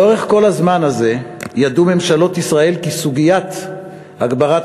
לאורך כל הזמן הזה ידעו ממשלות ישראל כי סוגיית הגברת